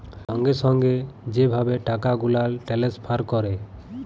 সঙ্গে সঙ্গে যে ভাবে টাকা গুলাল টেলেসফার ক্যরে